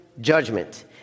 judgment